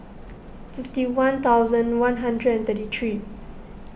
fifty one thousand one hundred and thirty three